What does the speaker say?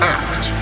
act